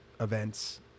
events